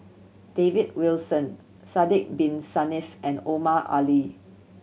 David Wilson Sidek Bin Saniff and Omar Ali